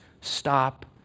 stop